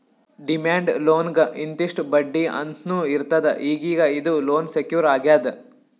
demand ಲೋನ್ಗ್ ಇಂತಿಷ್ಟ್ ಬಡ್ಡಿ ಅಂತ್ನೂ ಇರ್ತದ್ ಈಗೀಗ ಇದು ಲೋನ್ ಸೆಕ್ಯೂರ್ ಆಗ್ಯಾದ್